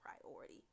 priority